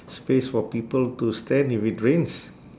space for people to stand if it rains